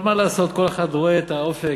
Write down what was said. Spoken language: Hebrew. אבל מה לעשות, כל אחד רואה את האופק,